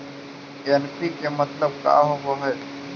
NPK मतलब का होव हइ?